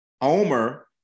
Omer